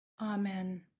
Amen